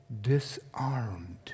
disarmed